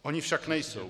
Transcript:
Ony však nejsou.